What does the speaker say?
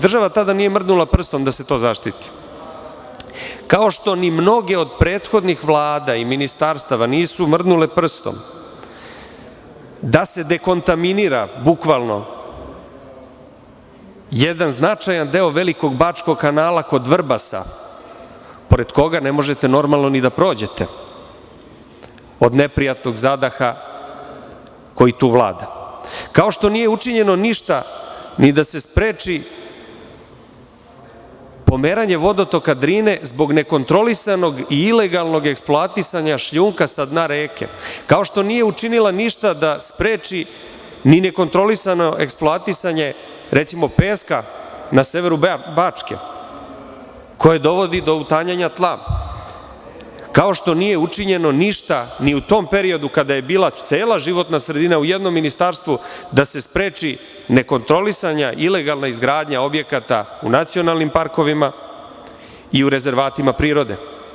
Država tada nije mrdnula prstom da se to zaštiti, kao što ni mnoge od prethodnih vlada i ministarstava nisu mrdnule prstom da dekontaminira jedan značajan deo velikog Bačkog kanala kod Vrbasa, pored koga ne možete normalno ni da prođete od neprijatnog zadaha koji tu vlada, kao što nije učinjeno ništa ni da se spreči pomeranje vodotoka Drine zbog nekontrolisanog i ilegalnog eksploatisanja šljunka sa dna reka, kao što nije učinila ništa da spreči ni nekontrolisano eksploatisanje recimo peska na severu Bačke koji dovodi do utanjanja tla, kao što nije učinjeno ništa u tom periodu, kada je bila cela životna sredina u jednom ministarstvu, da se spreči nekontrolisana ilegalna izgradnja objekata u nacionalnim parkovima i u rezervatima prirode.